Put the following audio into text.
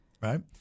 Right